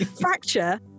fracture